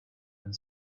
and